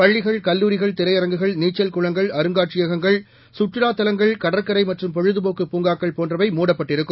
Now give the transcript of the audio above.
பள்ளிகள் கல்லூரிகள் திரையரங்குகள் நீச்சல்குளங்கள் அருங்காட்சியகங்கள் சுற்றுலாதலங்கள் கடற்கரைமற்றும்பொழுதுபோக்குபூங்காக்கள்போன்றவை மூடப்பட்டிருக்கும்